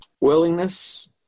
Willingness